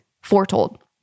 foretold